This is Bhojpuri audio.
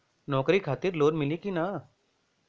नौकरी खातिर लोन मिली की ना?